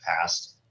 past